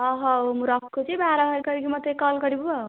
ହଉ ହଉ ମୁଁ ରଖୁଛି ବାହରା ବାହାରି କରିକି ମୋତେ କଲ୍ କରିବୁ ଆଉ